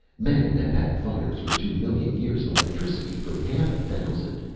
men have had fires for two million years and electricity for half a thousand.